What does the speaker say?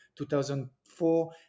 2004